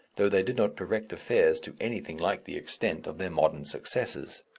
though they did not direct affairs to anything like the extent of their modern successors.